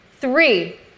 three